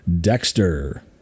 dexter